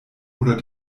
oder